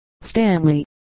Stanley